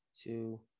two